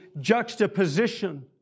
juxtaposition